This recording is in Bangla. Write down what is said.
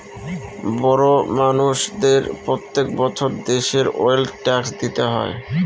বড় মানষদের প্রত্যেক বছর দেশের ওয়েলথ ট্যাক্স দিতে হয়